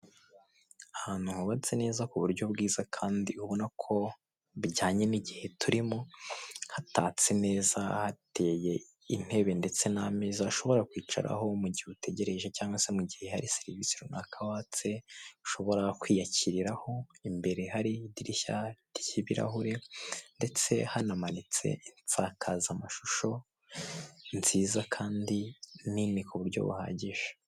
Ahantu hubatse neza ku buryo bwiza kandi ubona ko bijyanye n'igihe turimo, hatatse neza hateye intebe ndetse n'ameza, ushobora kwicaraho mu gihe utegereje cyangwa se mu gihe hari serivisi runaka watse, ushobora kwiyakiriraho imbere hari idirishya ry'ibirahure, ndetse hanamanitse isakazamashusho nziza kandi nini ku buryo buhagije.